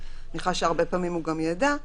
ואני מניחה שהרבה פעמים הוא גם יידע,